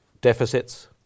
deficits